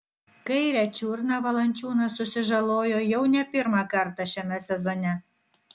kairę čiurną valančiūnas susižalojo jau ne pirmą kartą šiame sezone